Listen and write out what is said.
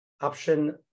Option